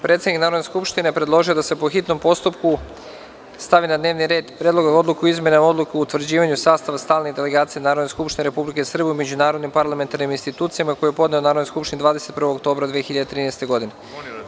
Predsednik Narodne skupštine predložio je da se po hitnom postupku stavi na dnevni red Predlog odluke o izmenama Odluke o utvrđivanju sastava stalnih delegacija Narodne skupštine Republike Srbije u međunarodnim parlamentarnim institucijama, koju je podneo Narodnoj skupštini 21. oktobra 2013. godine.